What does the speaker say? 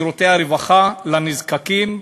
שירותי הרווחה, לנזקקים,